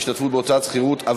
השתתפות בהוצאות שכירות או